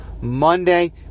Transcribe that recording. Monday